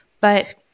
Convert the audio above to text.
But-